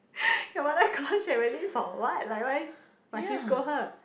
your mother call Sherilyn for what like why must she scold her